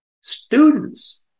students